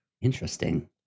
interesting